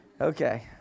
Okay